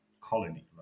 colony